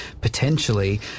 potentially